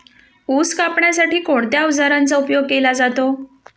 ऊस कापण्यासाठी कोणत्या अवजारांचा उपयोग केला जातो?